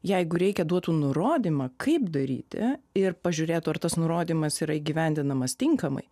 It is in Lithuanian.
jeigu reikia duotų nurodymą kaip daryti ir pažiūrėtų ar tas nurodymas yra įgyvendinamas tinkamai